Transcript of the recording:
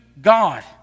God